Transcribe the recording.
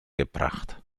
gebracht